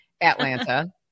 Atlanta